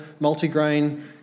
multigrain